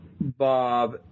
Bob